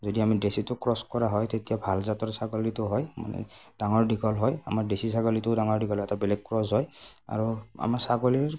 যদি আমি দেছীটো ক্ৰছ কৰা হয় তেতিয়া ভাল জাতৰ ছাগলীটো হয় মানে ডাঙৰ দীঘল হয় আমাৰ দেছী ছাগলীটো ডাঙৰ দীঘল এটা বেলেগ ক্ৰছ হয় আৰু আমাৰ ছাগলীৰ